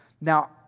Now